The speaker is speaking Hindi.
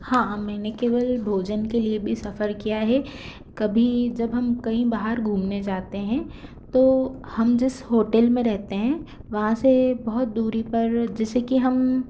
हाँ मैंने केवल भोजन के लिए भी सफर किया है कभी जब हम कहीं बाहर घूमने जाते हैं तो हम जिस होटेल में रहते हैं वहाँ से बहुत दूरी पर जैसे कि हम